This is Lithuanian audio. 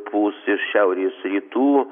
pūs iš šiaurės rytų